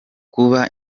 kuba